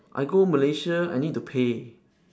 I go malaysia I need to pay